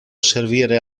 servire